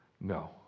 No